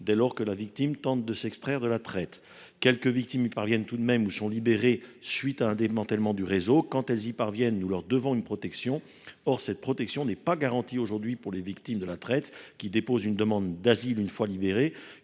dès lors que la victime tente de s’extraire de la traite. Quelques victimes y parviennent tout de même ou sont libérées à la suite du démantèlement d’un réseau. Quand elles réussissent, nous leur devons une protection. Or cette protection n’est pas garantie aujourd’hui pour les victimes de la traite qui déposent une demande d’asile une fois qu’elles